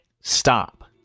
stop